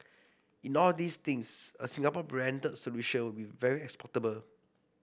in all these things a Singapore branded solution will be very exportable